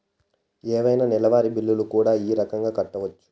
ఏవైనా నెలవారి బిల్లులు కూడా ఈ రకంగా కట్టొచ్చు